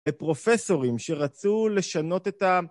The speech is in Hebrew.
ופרופסורים שרצו לשנות את ה...